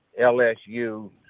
LSU –